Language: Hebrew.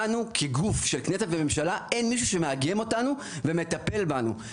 לנו כגוף של כנסת ממשלה אין מישהו שמאגם אותנו ומטפל בנו.